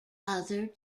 other